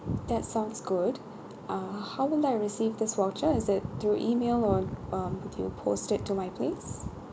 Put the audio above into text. that sounds good uh how will I receive this voucher is it through E-mail or um do you post to my place